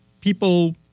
people